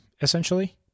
essentially